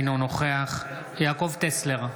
נוכח יעקב טסלר,